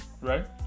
right